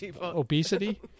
obesity